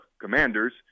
commanders